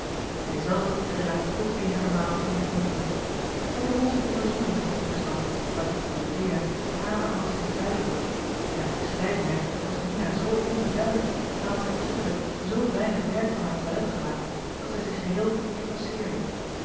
hij zelf geraakte ook eenigermate onder den invloed hij begon zich te verzoenen met zijn toestand waartoe dorothea het hare allezins bijdroeg en uit bescheidenheid was lina zoo onbeduidend en had zij opzettelijk zoo weinig werk van haar toilet gemaakt dat zij zich geheel